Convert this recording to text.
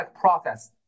process